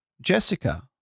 Jessica